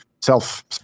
self